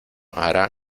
hará